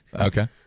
Okay